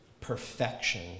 perfection